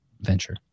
venture